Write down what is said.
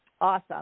awesome